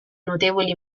notevoli